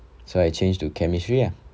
so I change to chemistry ah